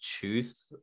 choose